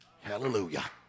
Hallelujah